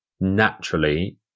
naturally